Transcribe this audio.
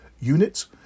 units